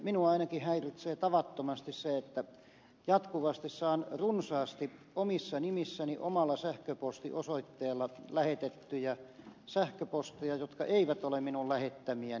minua ainakin häiritsee tavattomasti se että jatkuvasti saan runsaasti omissa nimissäni omalla sähköpostiosoitteellani lähetettyjä sähköposteja jotka eivät ole minun lähettämiäni